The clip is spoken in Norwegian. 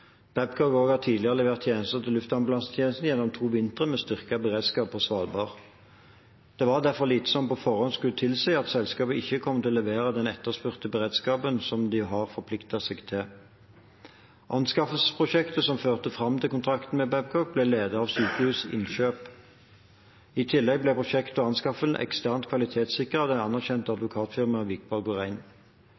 tidligere levert tjenester til Luftambulansetjenesten gjennom to vintre med styrket beredskap på Svalbard. Det var derfor lite som på forhånd skulle tilsi at selskapet ikke kom til å levere den etterspurte beredskapen som de har forpliktet seg til. Anskaffelsesprosjektet som førte fram til kontrakten med Babcock, ble ledet av Sykehusinnkjøp. I tillegg ble prosjektet og anskaffelsen eksternt kvalitetssikret av det anerkjente